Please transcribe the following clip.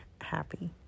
happy